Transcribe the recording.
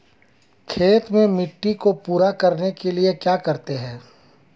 खेत में मिट्टी को पूरा करने के लिए क्या करते हैं?